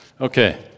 Okay